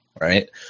right